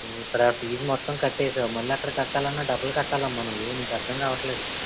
నువ్వు ఇక్కడ ఫీజ్ మొత్తం కట్టేసావు మళ్ళీ అక్కడ కట్టాలి అన్నా డబల్ కట్టాలి అమ్మా నువ్వూ నీకు అర్థం కావట్లేదు